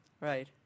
Right